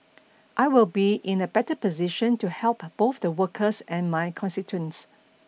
I will be in a better position to help both the workers and my constituents